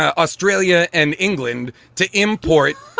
ah australia and england to import,